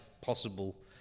possible